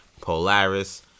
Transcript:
Polaris